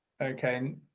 Okay